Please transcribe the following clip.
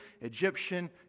Egyptian